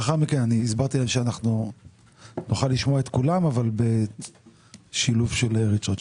אמרתי שנוכל לשמוע את כולם ונשלב בין הדוברים.